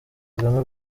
kagame